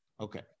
Okay